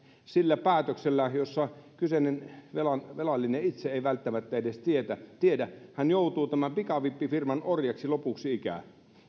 sillä päätöksellä josta kyseinen velallinen itse ei välttämättä edes tiedä hän joutuu tämän pikavippifirman orjaksi lopuksi ikää